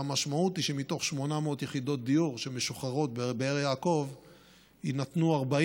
והמשמעות היא שמתוך 800 יחידות דיור שמשוחררות בבאר יעקב יינתנו 40